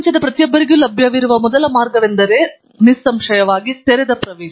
ಪ್ರಪಂಚದ ಪ್ರತಿಯೊಬ್ಬರಿಗೂ ಲಭ್ಯವಿರುವ ಮೊದಲ ಮಾರ್ಗವೆಂದರೆ ನಿಸ್ಸಂಶಯವಾಗಿ ತೆರೆದ ಪ್ರವೇಶ